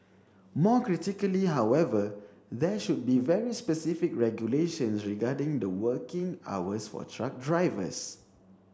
more critically however there should be very specific regulations regarding the working hours for truck drivers